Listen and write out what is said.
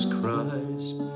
Christ